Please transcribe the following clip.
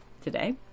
today